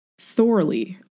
thoroughly